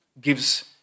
gives